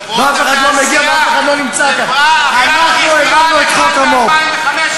ואף אחד לא מגיע ואף אחד לא נמצא כאן.